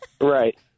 Right